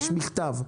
יש מכתב.